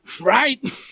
right